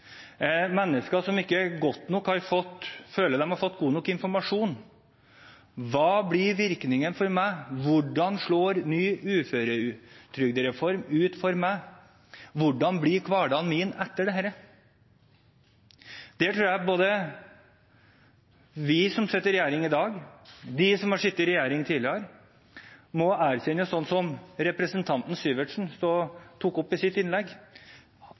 mennesker som føler at de ikke har fått god nok informasjon: Hva blir virkningen for meg? Hvordan slår ny uførereform ut for meg? Hvordan blir hverdagen min etter dette? Der tror jeg både vi som sitter i regjering i dag, og de som har sittet i regjering tidligere, må erkjenne det som representanten Syversen tok opp i sitt innlegg,